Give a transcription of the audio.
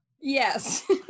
Yes